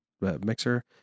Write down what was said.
mixer